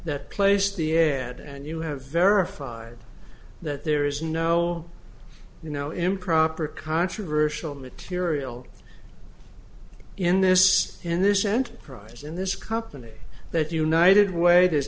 that placed the head and you have verified that there is no you know improper controversial material in this in this enterprise in this company that united way there's